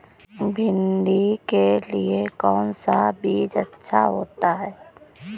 भिंडी के लिए कौन सा बीज अच्छा होता है?